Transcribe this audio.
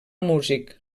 músic